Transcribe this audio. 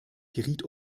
geriet